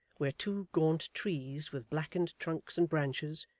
where two gaunt trees, with blackened trunks and branches,